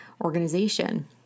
organization